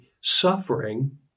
suffering